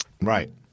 Right